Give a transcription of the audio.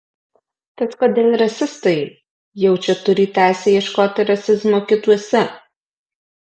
tad kodėl rasistai jaučia turį teisę ieškoti rasizmo kituose